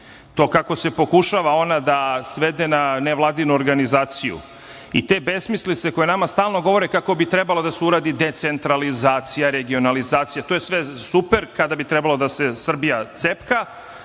to kako se pokušava ona da svede na nevladinu organizaciju i te besmislice koje nama stalno govore kako bi trebalo da se uradi decentralizacija, regionalizacija, to je sve super, kada bi trebalo da se Srbija cepka,